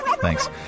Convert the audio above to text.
Thanks